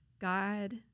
God